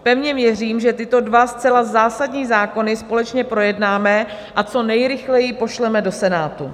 Pevně věřím, že tyto dva zcela zásadní zákony společně projednáme a co nejrychleji pošleme do Senátu.